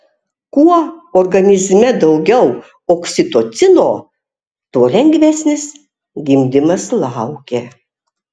kuo organizme daugiau oksitocino tuo lengvesnis gimdymas laukia